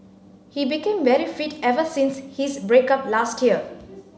he became very fit ever since his break up last year